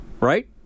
Right